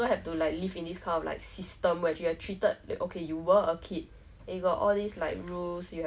like 我是对学习关关于学习的东西有兴趣对 mah